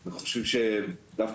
אנחנו חושבים שדווקא,